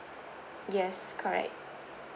yes correct